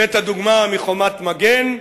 הבאת דוגמה מ"חומת מגן",